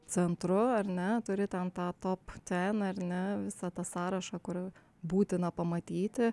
centru ar ne turi ten tą top ten ar ne visą tą sąrašą kurį būtina pamatyti